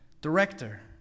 director